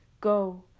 Go